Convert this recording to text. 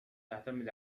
تعتمد